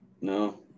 No